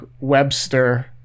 webster